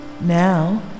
now